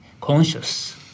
conscious